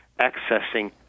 accessing